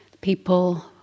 People